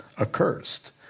accursed